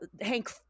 hank